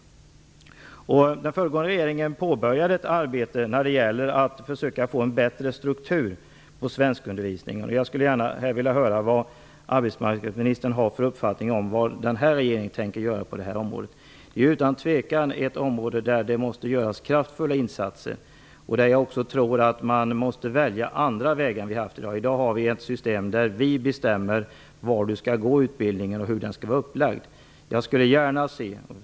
Den föregående regeringen påbörjade ett arbete med att försöka få en bättre struktur på svenskundervisningen. Jag skulle gärna vilja höra vad arbetsmarknadsministern har för uppfattning om vad nuvarande regering tänker göra på området. Det råder ingen tvekan om att detta är ett område där det måste göras kraftfulla insatser. Jag tror också att man måste välja andra vägar än vad vi har i dag. I dag har vi ett system där vi bestämmer var utbildningen skall genomföras och hur den skall vara upplagd.